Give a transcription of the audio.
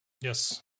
Yes